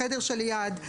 בחדר ליד,